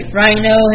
rhino